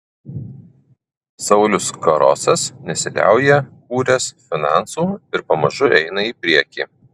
saulius karosas nesiliauja kūręs finansų ir pamažu eina į priekį